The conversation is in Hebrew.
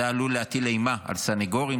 זה עלול להטיל אימה על סנגורים,